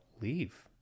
leave